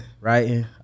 Writing